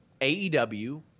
AEW